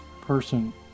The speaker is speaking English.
person